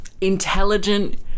Intelligent